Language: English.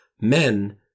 men